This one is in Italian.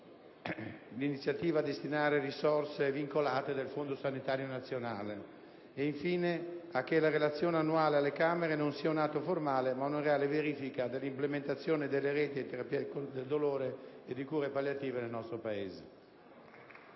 l'iniziativa a destinare risorse vincolate del Fondo sanitario nazionale. Infine, il Governo si impegna affinché la relazione annuale alle Camere non sia un atto formale ma una reale verifica dell'implementazione delle reti di terapia del dolore e delle cure palliative nel nostro Paese.